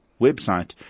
website